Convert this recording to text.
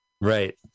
Right